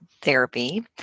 therapy